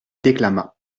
déclama